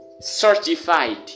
certified